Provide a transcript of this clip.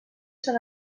són